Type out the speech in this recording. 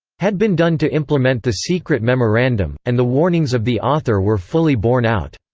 had been done to implement the secret memorandum, and the warnings of the author were fully borne out.